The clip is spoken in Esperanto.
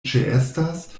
ĉeestas